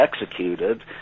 executed